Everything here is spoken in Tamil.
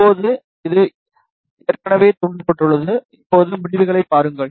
இப்போது இது ஏற்கனவே தூண்டப்பட்டுள்ளது இப்போது முடிவுகளைப் பாருங்கள்